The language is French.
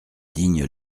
digne